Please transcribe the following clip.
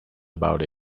about